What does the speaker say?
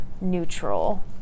neutral